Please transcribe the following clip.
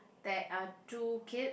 there are two kid